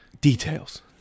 Details